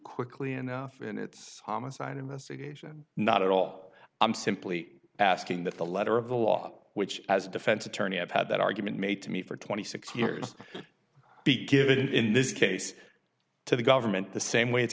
quickly enough in its homicide investigation not at all i'm simply asking that the letter of the law which as a defense attorney have had that argument made to me for twenty six years to give it in this case to the government the same way it's